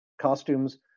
costumes